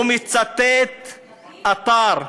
הוא מצטט אתר,